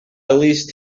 leased